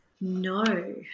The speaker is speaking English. No